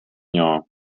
jahr